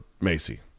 Macy